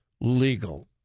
Legal